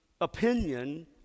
opinion